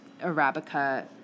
Arabica